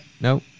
No